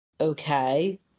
Okay